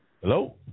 Hello